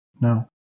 No